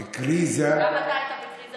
לא התנהגת יותר טוב.